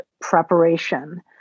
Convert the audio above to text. preparation